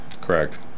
Correct